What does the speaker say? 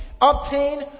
Obtain